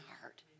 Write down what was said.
heart